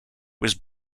was